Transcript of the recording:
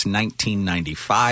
1995